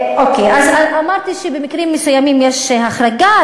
אמרתי שבמקרים מסוימים יש החרגה.